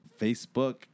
Facebook